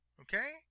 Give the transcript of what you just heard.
okay